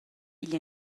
igl